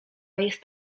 jest